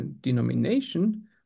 denomination